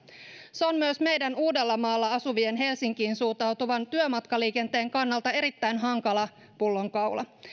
se on myös meidän uudellamaalla asuvien helsinkiin suuntautuvan työmatkaliikenteen kannalta erittäin hankala pullonkaula